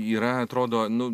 yra atrodo nu